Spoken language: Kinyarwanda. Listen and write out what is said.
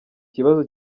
kibazo